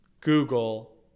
Google